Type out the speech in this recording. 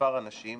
למספר אנשים